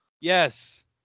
Yes